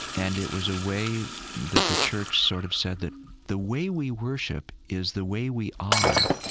and it was a way that the church sort of said that the way we worship is the way we are.